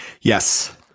Yes